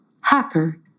Hacker